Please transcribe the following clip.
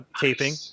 taping